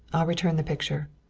return the picture.